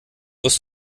wirst